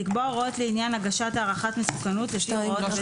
לקבוע הוראות לעניין הגשת הערכת מסוכנות לפי הוראות בית המשפט,